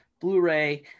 Blu-ray